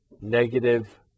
Negative